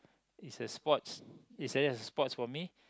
is a sports is just a sports for me